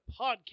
podcast